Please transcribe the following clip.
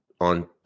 on